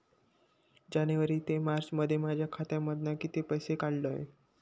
जानेवारी ते मार्चमध्ये माझ्या खात्यामधना किती पैसे काढलय?